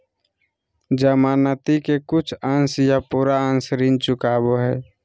जमानती के कुछ अंश या पूरा अंश ऋण चुकावो हय